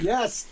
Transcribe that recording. Yes